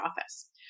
office